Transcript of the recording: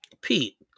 Pete